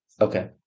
Okay